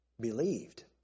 believed